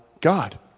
God